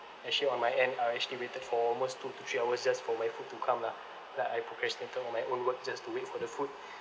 actually on my end I actually waited for almost two to three hours just for my food to come lah like I procrastinated on my own work just to wait for the food